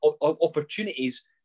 opportunities